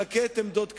מחקה את עמדות קדימה,